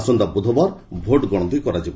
ଆସନ୍ତା ବୁଧବାର ଭୋଟ ଗଣତି କରାଯିବ